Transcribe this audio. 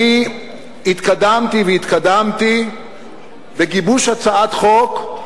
התקדמתי והתקדמתי בגיבוש הצעת חוק,